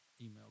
email